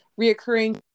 reoccurring